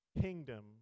kingdom